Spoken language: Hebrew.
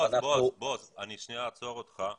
אני שנייה אעצור אותך.